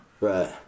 Right